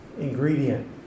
ingredient